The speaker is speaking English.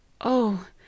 Oh